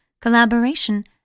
collaboration